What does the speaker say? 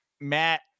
Matt